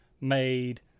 made